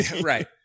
Right